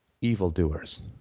evildoers